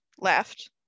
left